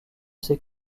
ses